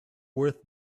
worth